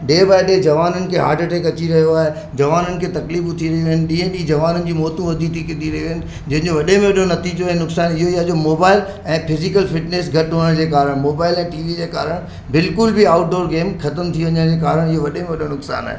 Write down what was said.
day by day जवाननि खे heart attack अची रहियो आहे जवाननि खे तकलीफ़ू थींदियूं आहिनि ॾींहुं ॾींहुं जवाननि जी मौतूं वधीक थी रहियूं आहिनि जंहिंजो वॾे में वॾो नतीज़ो ऐं नुक़सानु इहो ई आहे जो मोबाइल ऐं फिजिकल फिटनेस घटि हुअण जे कारणु मोबाइल ऐं टी वी जे कारण बिल्कुलु बि आउट डोर गेम खतमु थी वञण जे कारण इहो वॾे में वॾो नुक़सानु आहे